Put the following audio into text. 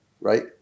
right